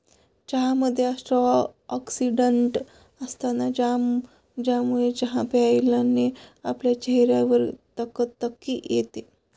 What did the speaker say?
चहामध्ये अँटीऑक्सिडन्टस असतात, ज्यामुळे चहा प्यायल्याने आपल्या चेहऱ्यावर तकतकी येते